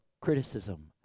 criticism